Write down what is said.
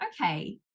okay